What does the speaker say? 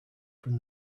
from